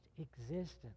existence